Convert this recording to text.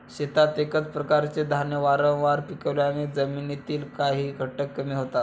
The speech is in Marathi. शेतात एकाच प्रकारचे धान्य वारंवार पिकवल्याने जमिनीतील काही घटक कमी होतात